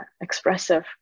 expressive